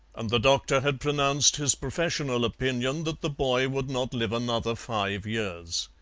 and the doctor had pronounced his professional opinion that the boy would not live another five years.